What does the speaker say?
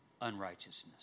unrighteousness